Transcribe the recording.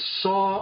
saw